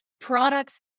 products